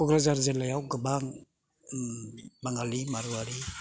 क'क्राझार जिल्लायाव गोबां बांगालि मारुवारि